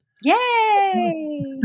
Yay